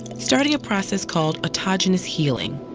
starting a process called autogenous healing,